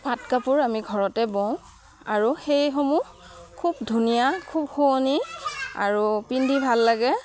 পাত কাপোৰ আমি ঘৰতে বওঁ আৰু সেইসমূহ খুব ধুনীয়া খুব শুৱনি আৰু পিন্ধি ভাল লাগে